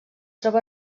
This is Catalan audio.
troba